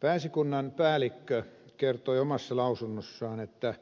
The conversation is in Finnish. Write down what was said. pääesikunnan päällikkö kertoi omassa lausunnossaan että